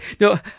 No